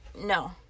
no